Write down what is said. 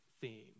theme